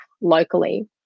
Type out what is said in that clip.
locally